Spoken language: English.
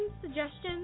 suggestions